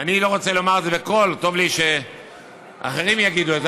אני לא רוצה לומר את זה בקול; טוב לי שאחרים יגידו את זה,